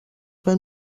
ben